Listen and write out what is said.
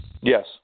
Yes